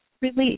release